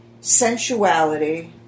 sensuality